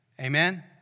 Amen